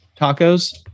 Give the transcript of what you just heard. tacos